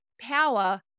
power